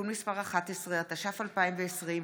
התש"ף 2020,